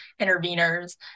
interveners